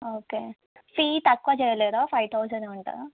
okay fee తక్కువ చేయలేరా five thousand ఉంటుందా